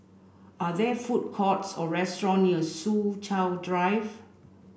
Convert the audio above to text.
are there food courts or restaurants near Soo Chow Drive